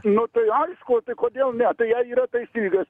nu tai aišku o tai kodėl ne tai jei yra taosyklės